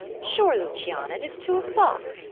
sure, luciana, it is two o'clock.